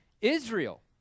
Israel